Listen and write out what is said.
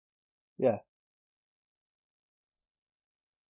ya